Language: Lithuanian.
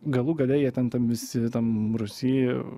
galų gale jie ten tam visi tam rūsy